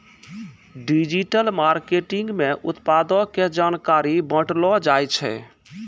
digital marketing मे उत्पादो के जानकारी बांटलो जाय छै